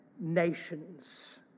nations